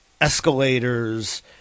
escalators